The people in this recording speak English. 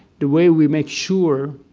the way we make sure,